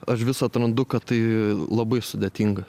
aš vis atrandu kad tai labai sudėtinga